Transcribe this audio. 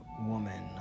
woman